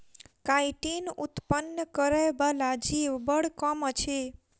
chitin उत्पन्न करय बला जीव बड़ कम अछि